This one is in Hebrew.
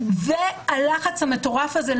הלחץ המטורף הזה,